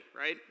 right